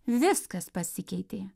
viskas pasikeitė